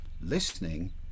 Listening